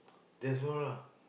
that's all lah